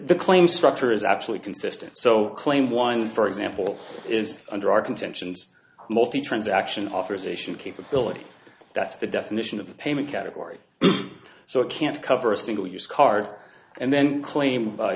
the claim structure is actually consistent so claim one for example is under our contentions multi transaction authorization capability that's the definition of the payment category so it can't cover a single used car and then claim